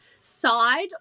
side